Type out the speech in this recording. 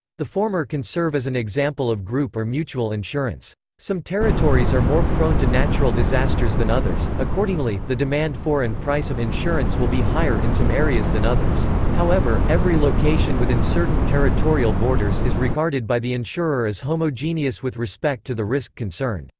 the former can serve as an example of group or mutual insurance. some territories are more prone to natural disasters than others accordingly, the demand for and price of insurance will be higher in some areas than others. however, every location within certain territorial borders is regarded by the insurer as homogeneous with respect to the risk concerned.